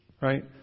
Right